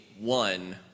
one